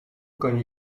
kan